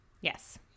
Yes